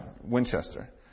Winchester